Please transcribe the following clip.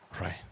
right